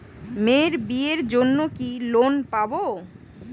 মেয়ের বিয়ের জন্য কি কোন লোন পাব?